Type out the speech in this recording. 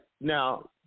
now